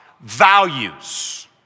values